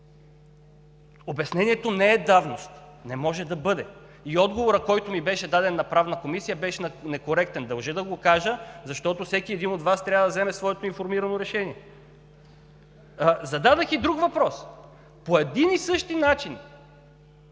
Обяснението не е давност, не може да бъде. И отговорът, който ми беше даден на Правната комисия, беше некоректен. Дължа да го кажа, защото всеки един от Вас трябва да вземе своето информирано решение. Зададох и друг въпрос: по един и същи начин